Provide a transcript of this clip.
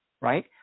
right